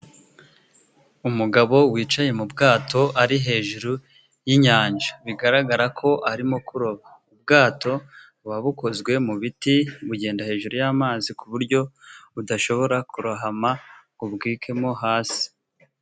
Umugabo wicaye mu bwato, ari hejuru y'inyanja bigaragara ko arimo kuroba. Ubwato buba bukozwe mu biti, bugenda hejuru y'amazi ku buryo budashobora kurohama ngo bwikemo hasi.